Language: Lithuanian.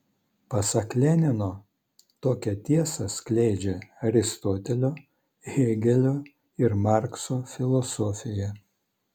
pasak lenino tokią tiesą skleidžia aristotelio hėgelio ir markso filosofija